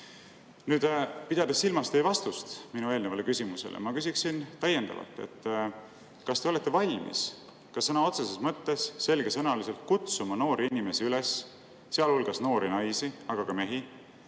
on. Pidades silmas teie vastust minu eelnevale küsimusele, ma küsiksin täiendavalt: kas te olete valmis sõna otseses mõttes selgesõnaliselt kutsuma noori inimesi üles, sealhulgas noori naisi, aga ka mehi,